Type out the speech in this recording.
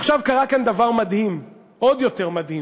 עכשיו, קרה כאן דבר מדהים, עוד יותר מדהים.